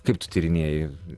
kaip tu tyrinėji